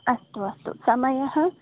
अस्तु अस्तु समयः अस्म